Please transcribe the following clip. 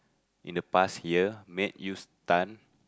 in the past year made you stun